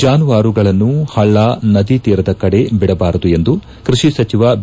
ಜಾನುವಾರುಗಳನ್ನು ಪಳ್ಳ ನದಿ ತೀರದ ಕಡೆ ಬಿಡಬಾರದು ಎಂದು ಕೃಷಿ ಸಚಿವ ಬಿ